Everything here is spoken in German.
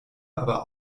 aber